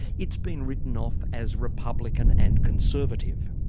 it's been written off as republican and conservative.